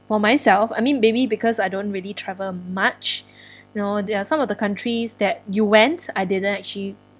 for myself I mean maybe because I don't really travel much know there are some of the countries that you went I didn't actually